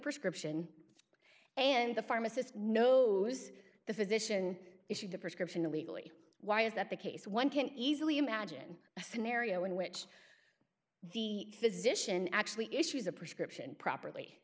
prescription and the pharmacist knows the physician issued the prescription illegally why is that the case one can easily imagine a scenario in which the physician actually issues a prescription properly